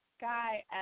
guy